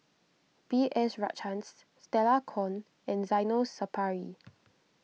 B S Rajhans Stella Kon and Zainal Sapari